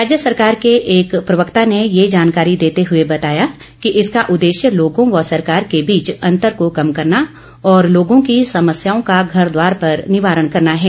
राज्य सरकार के एक प्रवक्ता ने ये जानकारी देते हुए बताया कि इसका उददेश्य लोगों व सरकार के बीच अंतर को कम करना और लोगों की समस्याओं का घर द्वार पर निवारण करना है